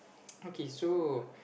okay so